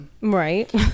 Right